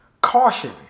Caution